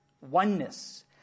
oneness